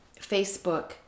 Facebook